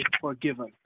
forgiven